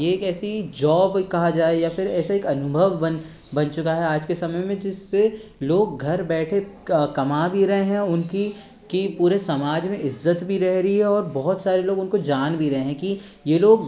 ये एक ऐसी जॉब कहा जाए या फिर ऐसा एक अनुभव बन बन चुका है आज के समय में जिससे लोग घर बैठे कमा भी रहे हैं उनकी कि पूरे समाज में इज़्ज़त भी रह रही है और बहुत सारे लोग उनको जान भी रहे हैं कि ये लोग